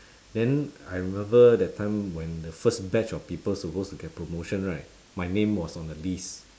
then I remember that time when the first batch of people supposed to get promotion right my name was on the list